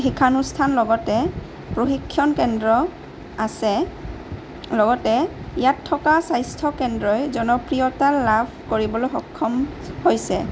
শিক্ষানুষ্ঠান লগতে প্ৰশিক্ষণ কেন্দ্ৰ আছে লগতে ইয়াত থকা স্বাস্থ্য কেন্দ্ৰই জনপ্ৰিয়তা লাভ কৰিবলৈ সক্ষম হৈছে